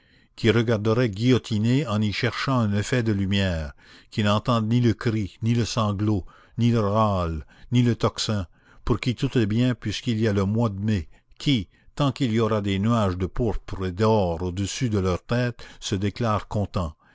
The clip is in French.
qui regarderaient guillotiner en y cherchant un effet de lumière qui n'entendent ni le cri ni le sanglot ni le râle ni le tocsin pour qui tout est bien puisqu'il y a le mois de mai qui tant qu'il y aura des nuages de pourpre et d'or au-dessus de leur tête se déclarent